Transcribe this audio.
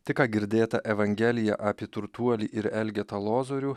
tik ką girdėta evangelija apie turtuolį ir elgetą lozorių